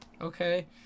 okay